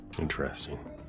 Interesting